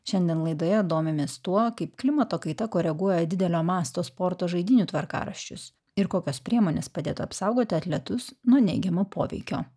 šiandien laidoje domimės tuo kaip klimato kaita koreguoja didelio masto sporto žaidynių tvarkaraščius ir kokios priemonės padėtų apsaugoti atletus nuo neigiamo poveikio